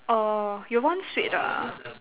orh you want sweet ah